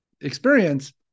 experience